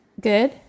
good